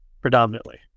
predominantly